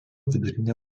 vidurinę